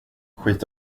skit